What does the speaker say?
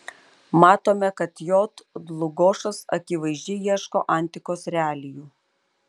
matome kad j dlugošas akivaizdžiai ieško antikos realijų